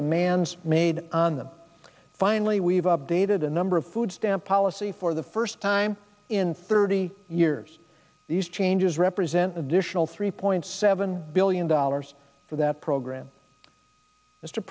demands made on them finally we've updated a number of food stamp policy for the first time in thirty years these changes represent additional three point seven billion dollars for that program mr